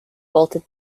bolted